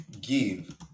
give